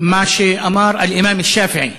מה שאמר אל-אימאם א-שאפעי: